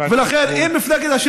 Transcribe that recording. משפט סיכום.